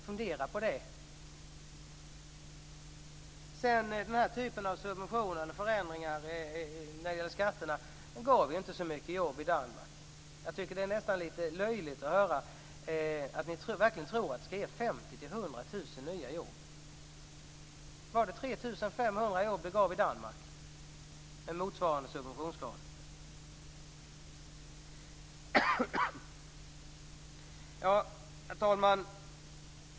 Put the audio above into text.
Fundera på det! Den här typen av subventioner eller förändringar av skatterna gav ju inte så mycket jobb i Danmark. Det är nästan litet löjligt att höra att ni verkligen tror att det skall ge 50 000-100 000 nya jobb. Var det 3 500 jobb det gav i Danmark med en motsvarande subventionsgrad? Herr talman!